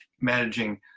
managing